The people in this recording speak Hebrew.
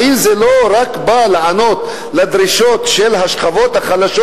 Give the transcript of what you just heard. האם זה לא רק בא לענות על דרישות של השכבות החלשות